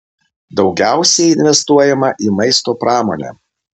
daugiausiai investuojama į maisto pramonę